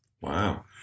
Wow